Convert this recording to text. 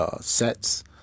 sets